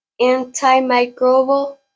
antimicrobial